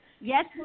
yes